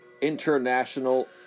international